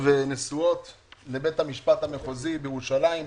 נשואות עכשיו לבית המשפט המחוזי בירושלים.